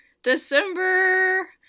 December